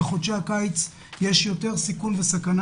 ובחודשי הקיץ יש יותר סיכון וסכנה